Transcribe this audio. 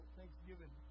Thanksgiving